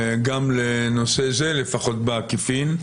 גם לנושא זה לפחות בעקיפין.